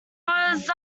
was